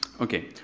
Okay